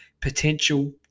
Potential